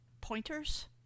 pointers